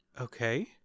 Okay